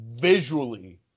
visually